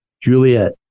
Juliet